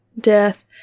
death